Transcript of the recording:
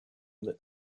that